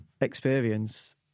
experience